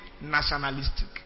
nationalistic